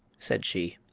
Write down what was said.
said she.